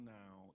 now